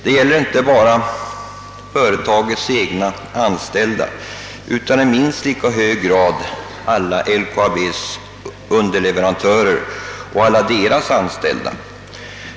Det gäller inte bara företagets egna anställda utan i minst lika hög grad alla LKAB:s underleverantörer och alla deras anställda.